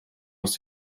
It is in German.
aus